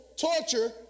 torture